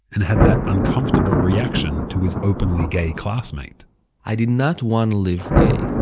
and had that uncomfortable reaction to his openly gay classmate i did not want to live gay.